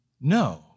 no